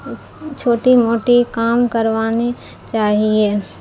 اس چھوٹی موٹی کام کروانی چاہیے